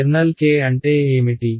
kernel K అంటే ఏమిటి